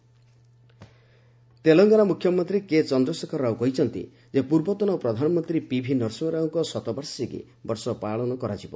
Telangana CM Telangana ମୁଖ୍ୟମନ୍ତ୍ରୀ କେଚନ୍ଦ୍ରଶେଖର ରାଓ କହିଛନ୍ତି ଯେ ପୂର୍ବତନ ପ୍ରଧାନମନ୍ତ୍ରୀ ପିଭି ନରସିଂହରାଓଙ୍କ ଶତବାର୍ଷିକୀ ବର୍ଷବ୍ୟାପି ପାଳନ କରାଯିବ